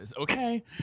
Okay